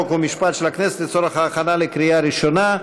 חוק ומשפט של הכנסת לצורך הכנה לקריאה ראשונה.